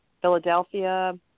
Philadelphia